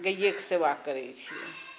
गायके सेवा करै छी